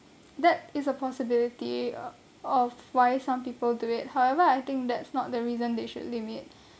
that is a possibility uh of why some people do it however I think that's not the reason they should limit